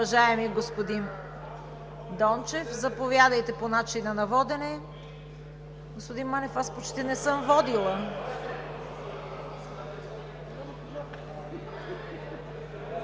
уважаеми господин Дончев. Заповядайте – по начина на водене. Господин Манев, аз почти не съм водила.